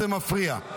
זה מפריע.